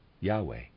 Yahweh